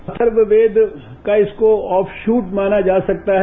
अथर्ववेद का इसको ऑब्शूट माना जा सकता है